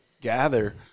gather